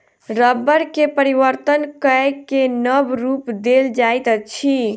रबड़ के परिवर्तन कय के नब रूप देल जाइत अछि